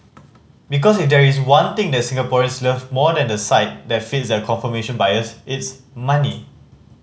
because if there is one thing that Singaporeans love more than a site that feeds their confirmation bias it's money